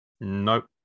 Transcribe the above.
Nope